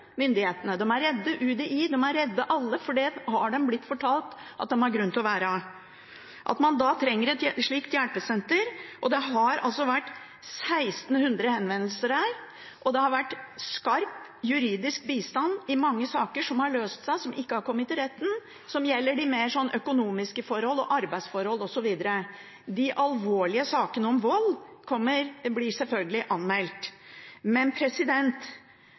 myndighetene. De er redde for myndighetene, de er redde for UDI, de er redde for alle, for det har de blitt fortalt at de har grunn til å være. Da trenger de et slikt hjelpesenter. Det har vært 1 600 henvendelser der, og det har vært skarp juridisk bistand i mange saker som har løst seg, og som ikke har kommet til retten, saker som gjelder økonomiske forhold, arbeidsforhold osv. De alvorlige sakene om vold blir selvfølgelig anmeldt.